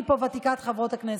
אני פה ותיקת חברות הכנסת,